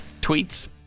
tweets